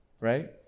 right